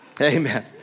Amen